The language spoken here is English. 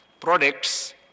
products